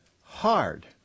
hard